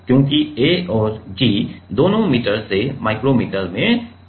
क्योंकि A और g दोनों मीटर से माइक्रो मीटर में कन्वर्ट हो जाएंगे